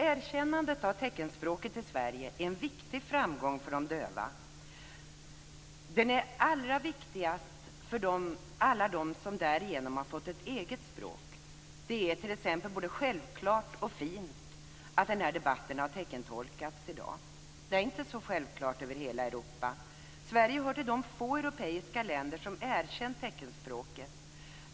Erkännandet av teckenspråket i Sverige är en viktig framgång för de döva. Det är allra viktigast för alla dem som därigenom fått ett eget språk. Det är t.ex. både självklart och fint att den här debatten har teckentolkats i dag. Det är inte så självklart över hela Europa. Sverige hör till de få europeiska länder som erkänt teckenspråket.